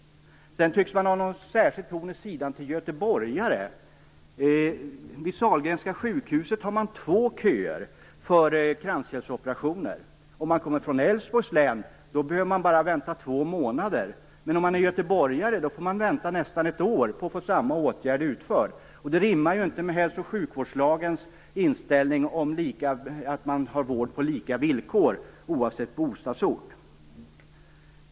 Man tycks ha något särskilt horn i sidan till göteborgare. Vid Sahlgrenska sjukhuset har man två köer för kranskärlsoperationer. Om man kommer från Älvsborgs län behöver man vänta bara två månader, men om man är göteborgare får man vänta nästan ett år på att få samma åtgärd utförd. Det rimmar ju inte med hälso och sjukvårdslagens inställning att man har vård på lika villkor oavsett bostadsort.